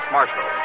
Marshal